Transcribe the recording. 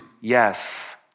yes